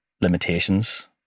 limitations